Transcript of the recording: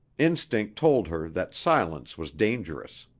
instinct told her that silence was dangerous.